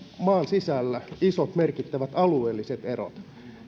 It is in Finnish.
maan sisällä isot merkittävät alueelliset erot